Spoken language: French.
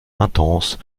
intense